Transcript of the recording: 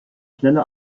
schnelle